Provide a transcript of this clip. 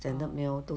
oh